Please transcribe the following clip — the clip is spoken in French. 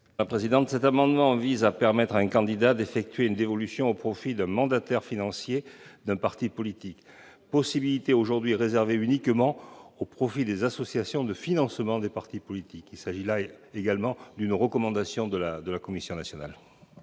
Jean-Pierre Grand. Cet amendement vise à permettre à un candidat d'effectuer une dévolution au profit d'un mandataire financier d'un parti politique, possibilité aujourd'hui uniquement réservée au profit des associations de financement des partis politiques. Il s'agit là également d'une recommandation de la Commission nationale